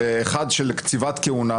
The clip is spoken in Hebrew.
האחד של קציבת כהונה,